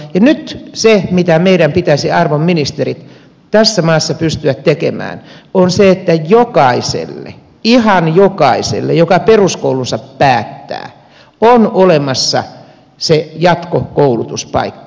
nyt se mitä meidän pitäisi arvon ministeri tässä maassa pystyä tekemään on se että jokaiselle ihan jokaiselle joka peruskoulunsa päättää on olemassa se jatkokoulutuspaikka